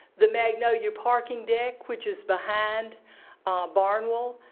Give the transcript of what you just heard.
the magnolia parking deck, which is behind barnwell,